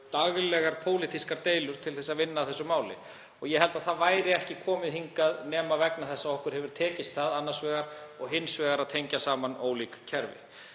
daglegar pólitískar deilur til að vinna að málinu. Ég held að það væri ekki komið hingað nema vegna þess að okkur hefur tekist það og einnig að tengja saman ólík kerfi.